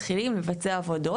מתחילים לבצע עבודות,